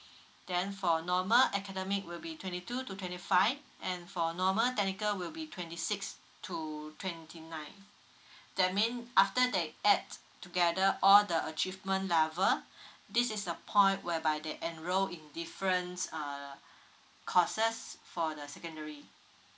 then for normal academic will be twenty two to twenty five and for normal technical will be twenty six to twenty nine that mean after they add together all the achievement level this is the point whereby they enrolled in difference uh courses for the secondary